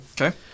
Okay